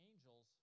angels